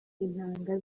intanga